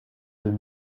deux